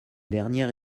dernières